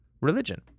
religion